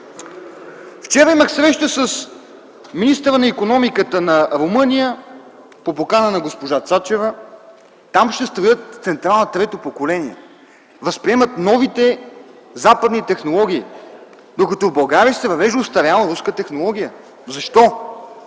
Вчера имах среща с министъра на икономиката на Румъния по покана на госпожа Цачева. Там ще строят централа трето поколение. Възприемат новите западни технологии, докато в България се въвежда остаряла руска технология. Защо?